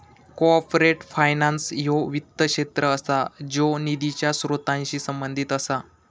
corporate finance ह्यो वित्त क्षेत्र असा ज्यो निधीच्या स्त्रोतांशी संबंधित असा